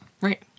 Right